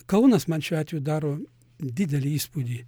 kaunas man šiuo atveju daro didelį įspūdį